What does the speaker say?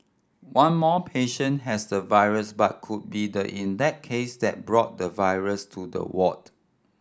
one more patient has the virus but could be the index case that brought the virus to the ward